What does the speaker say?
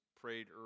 prayed